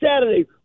Saturday –